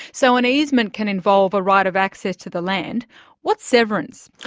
so an easement can involve a right of access to the land what's severance?